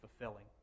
fulfilling